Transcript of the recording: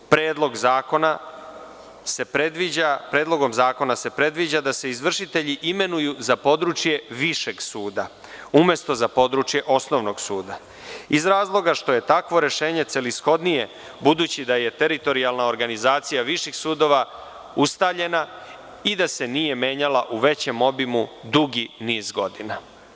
Predlogom zakona se predviđa da se izvršitelji imenuju za područje višeg suda, umesto za područje osnovnog suda, iz razloga što je takvo rešenje celishodnije, budući da je teritorijalna organizacija viših sudova ustaljena i da se nije menjala u većem obimu dugi niz godina.